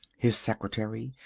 his secretary,